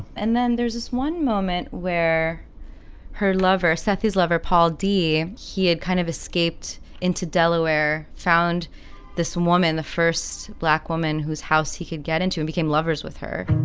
and then there's this one moment where her lover, seth, his lover paul. he had kind of escaped into delaware, found this woman, the first black woman whose house he could get into and became lovers with her